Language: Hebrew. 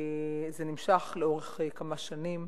זה נמשך כמה שנים,